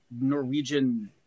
Norwegian